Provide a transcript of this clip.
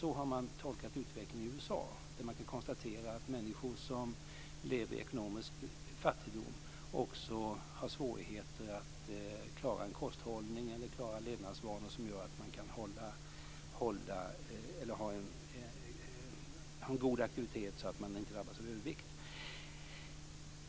Så har man tolkat det hela i USA, att människor som lever i ekonomisk fattigdom också har svårt att klara levnadsvanor och aktiviteter som gör att man inte drabbas av övervikt.